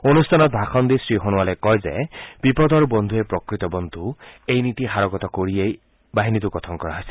অনুষ্ঠানত ভাষণ দি শ্ৰী সোণোৱালে কয় যে বিপদৰ বন্ধুৱে প্ৰকৃত বন্ধু এই নীতি সাৰোগত কৰিয়েই এই বাহিনীটো গঠন কৰা হৈছে